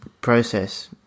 process